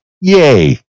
Yay